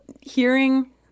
hearing